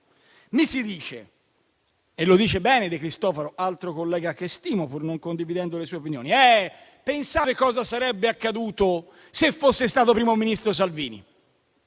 Mi si dice - e lo dice bene il senatore De Cristofaro, altro collega che stimo, pur non condividendone le opinioni - di pensare cosa sarebbe accaduto se fosse stato Primo Ministro Salvini.